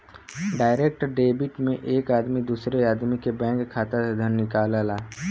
direct debit में एक आदमी दूसरे आदमी के बैंक खाता से धन निकालला